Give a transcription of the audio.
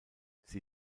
sie